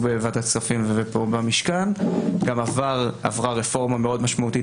בוועדת כספים ופה במשכן גם עברה רפורמה משמעותית מאוד